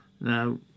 Now